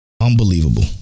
Unbelievable